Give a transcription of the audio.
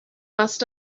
must